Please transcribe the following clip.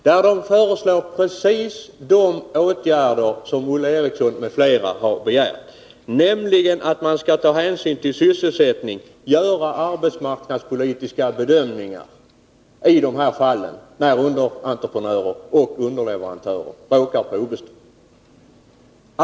Där föreslås precis de åtgärder som Olle Eriksson m.fl. har begärt, nämligen att man skall ta hänsyn till sysselsättningen och göra arbetsmarknadspolitiska bedömningar ide fall då underentreprenörer och underleverantörer råkar på obestånd.